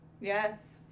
Yes